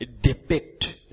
depict